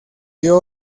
dio